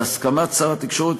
בהסכמת שר התקשורת,